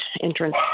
entrance